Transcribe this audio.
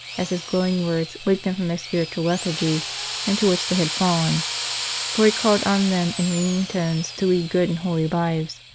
as his glowing words waked them from the spiritual lethargy into which they had fallen for he called on them in ringing tones to lead good and holy lives,